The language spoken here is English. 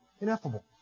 ineffable